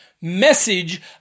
message